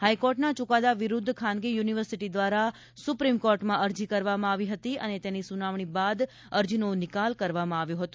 હાઇકોર્ટના ચૂકાદા વિરૂદ્ધ ખાનગી ્યુનિવર્સિટી દ્વારા સુપ્રિમ કોર્ટમાં અરજી કરવામાં આવી હતી અને તેની સુનાવણી બાદ અરજીનો નિકાલ કરવામાં આવ્યો હતો